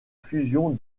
fusion